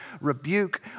rebuke